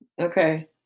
okay